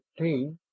15